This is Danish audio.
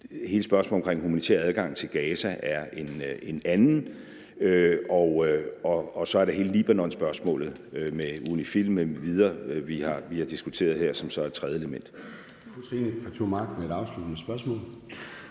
hele spørgsmålet om den humanitære adgang til Gaza er en anden vigtig dimension, og så er der hele Libanonspørgsmålet med UNIFIL m.v., som vi har diskuteret her, og som så er et tredje element.